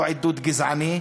לא עידוד גזעני,